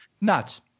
nuts